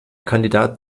kandidat